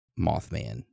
Mothman